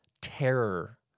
terror